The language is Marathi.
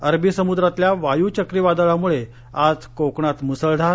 अरबी समूद्रातल्या वायू चक्रीवादळामूळे आज कोकणात मूसळधार